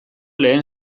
lehen